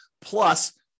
plus